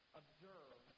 observe